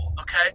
okay